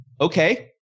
Okay